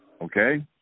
Okay